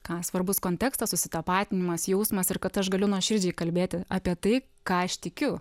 ką svarbus kontekstas susitapatinimas jausmas ir kad aš galiu nuoširdžiai kalbėti apie tai ką aš tikiu